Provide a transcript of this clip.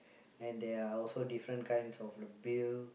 and there're also different kinds of the build